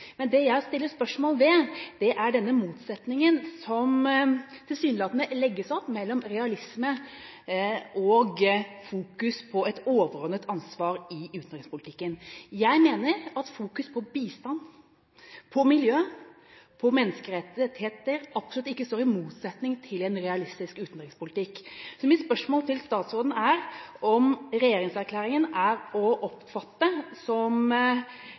Det jeg stiller spørsmål ved, er denne motsetningen som det tilsynelatende legges opp mellom realisme og fokusering på et overordnet ansvar i utenrikspolitikken. Jeg mener at fokusering på bistand, på miljø og på menneskerettigheter absolutt ikke står i motsetning til en realistisk utenrikspolitikk. Mitt spørsmål til statsråden er om regjeringserklæringen er å oppfatte som